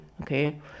okay